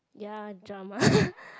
ya drama